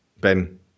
ben